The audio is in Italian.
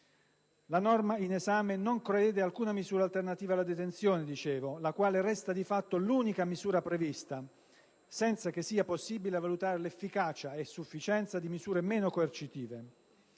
La norma in esame non prevede alcuna misura alternativa alla detenzione, la quale resta di fatto l'unica misura prevista, senza che sia possibile valutare l'efficacia e la sufficienza di misure meno coercitive.